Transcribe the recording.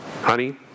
honey